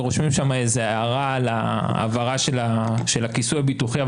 ורושמים שם הערה על ההעברה של הכיסוי הביטוחי,